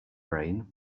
rain